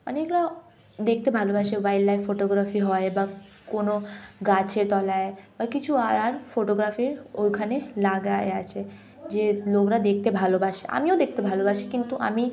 অনেক লোক দেখতে ভালোবাসে ওয়াইল্ড লাইফ ফটোগ্রাফি হয় বা কোনো গাছের তলায় বা কিছু আর আর ফটোগ্রাফির ওইখানে লাগাই আছে যে লোকরা দেখতে ভালোবাসে আমিও দেখতে ভালোবাসি কিন্তু আমি